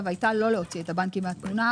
הייתה לא להוציא את הבנקים מהתמונה.